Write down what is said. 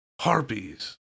harpies